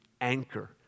anchor